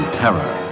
terror